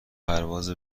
پرواز